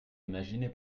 imaginer